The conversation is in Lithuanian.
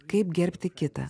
kaip gerbti kitą